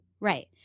right